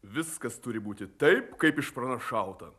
viskas turi būti taip kaip išpranašauta